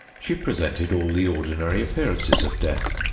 she presented all the ordinary appearances of death.